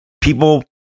people